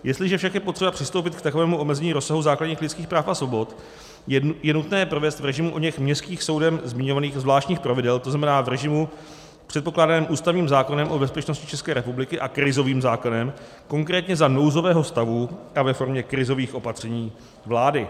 Jestliže však je potřeba přistoupit k takovému omezení rozsahu základních lidských práv a svobod, je nutné je provést v režimu oněch Městských soudem zmiňovaných zvláštních pravidel, to znamená, v režimu předpokládaném ústavním zákonem o bezpečnosti České republiky a krizovým zákonem, konkrétně za nouzového stavu a ve formě krizových opatření vlády.